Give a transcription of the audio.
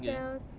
okay